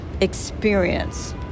experience